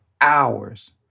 hours